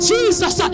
Jesus